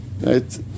right